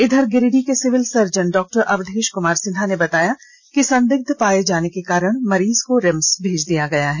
इधर गिरिडीह के civil surgeon doctor Avdhesh Kumar Sinha ने बताया कि संदिग्ध पाये जाने के कारण मरीज को रिम्स भेज दिया गया है